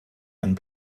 einen